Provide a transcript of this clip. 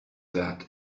that